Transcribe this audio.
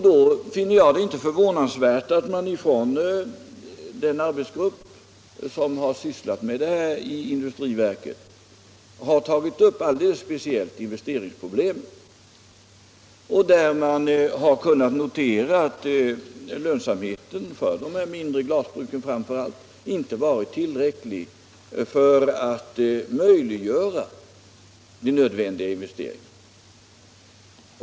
Då finner jag det inte förvånansvärt att den arbetsgrupp som har sysslat med detta i industriverket har tagit upp speciellt investeringsproblemen. Man har kunnat notera att lönsamheten för framför allt de mindre glasbruken inte har varit tillräcklig för att möjliggöra nödvändiga investeringar.